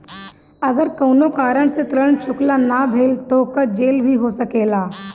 अगर कौनो कारण से ऋण चुकता न भेल तो का जेल भी हो सकेला?